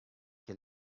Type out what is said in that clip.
che